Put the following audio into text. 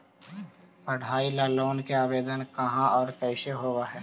पढाई ल लोन के आवेदन कहा औ कैसे होब है?